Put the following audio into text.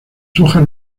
hojas